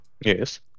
Yes